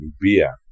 beer